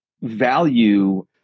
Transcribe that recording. value